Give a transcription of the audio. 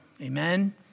Amen